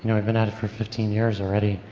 you know we've been at it for fifteen years already,